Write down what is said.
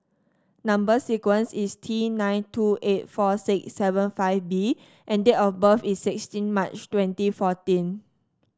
number sequence is T nine two eight four six seven five B and date of birth is sixteen March twenty fourteen